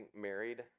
married